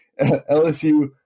LSU